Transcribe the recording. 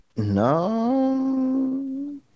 No